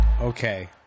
Okay